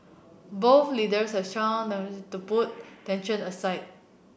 both leaders have strong domestic to put tensions aside